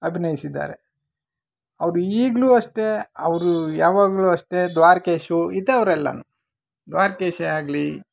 ಅಭಿನಯಿಸಿದ್ದಾರೆ ಅವ್ರು ಈಗಲೂ ಅಷ್ಟೇ ಅವರು ಯಾವಾಗಲೂ ಅಷ್ಟೇ ದ್ವಾರ್ಕೀಶು ಇಂಥವ್ರೆಲ್ಲಾ ದ್ವಾರ್ಕೀಶೇ ಆಗಲಿ